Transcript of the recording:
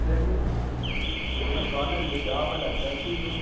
प्रेमी उन सुवाल जे जवाबु लाइ तर्सी पियो